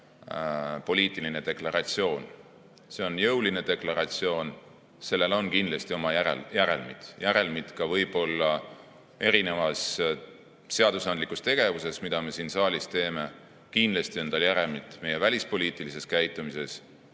poliitiline deklaratsioon. See on jõuline deklaratsioon, sellel on kindlasti oma järelmid, võib-olla ka seadusandlikus tegevuses, mida me siin saalis teeme, kindlasti on tal järelmid meie välispoliitilises käitumises,